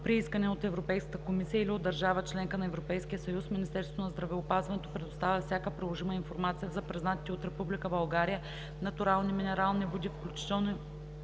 При искане от Европейската комисия или от държава – членка на Европейския съюз, Министерството на здравеопазването предоставя всяка приложима информация за признатите от Република България натурални минерални води, включително